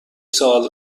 سال